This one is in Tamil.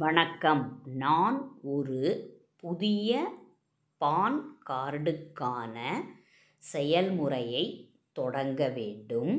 வணக்கம் நான் ஒரு புதிய பான் கார்டுக்கான செயல்முறையைத் தொடங்க வேண்டும்